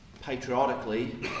patriotically